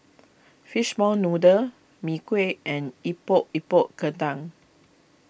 Fishball Noodle Mee Kuah and Epok Epok Kentang